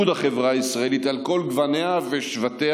החברה הישראלית על כל גווניה ושבטיה,